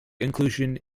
inclusion